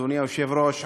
אדוני היושב-ראש,